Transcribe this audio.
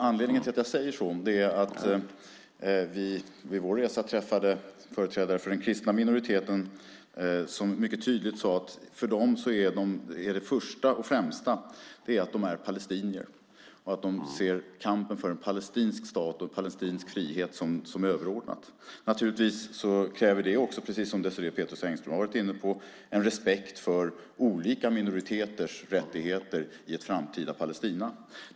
Anledningen till att jag säger så är att vi vid vår resa träffade företrädare för den kristna minoriteten som mycket tydligt sade att de först och främst är palestinier och att de ser kampen för en palestinsk stat och en palestinsk frihet som överordnat. Naturligtvis kräver det också, precis som Désirée Pethrus Engström har varit inne på, en respekt för olika minoriteters rättigheter i ett framtida Palestina.